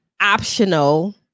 optional